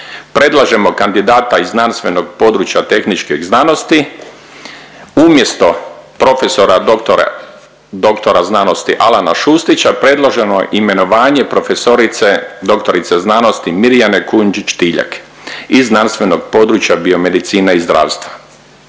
Predlažemo kandidata iz znanstvenog područja tehničkih znanosti umjesto profesora dr. sc. Alana Šustića predlažemo imenovanje profesorice dr. sc. Mirjane Kujundžić Tiljak iz znanstvenog područja biomedicine i zdravstva.